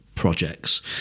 Projects